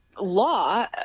law